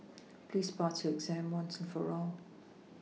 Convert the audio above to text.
please pass your exam once and for all